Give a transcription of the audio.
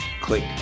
click